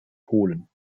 holen